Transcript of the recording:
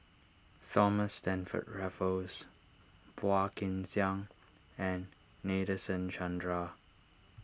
Thomas Stamford Raffles Phua Kin Siang and Nadasen Chandra